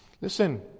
Listen